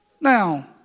Now